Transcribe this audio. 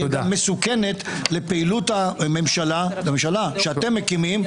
תהיה גם מסוכנת לפעילות הממשלה שאתם מקימים,